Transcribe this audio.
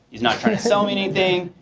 he's not trying to sell me anything.